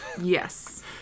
Yes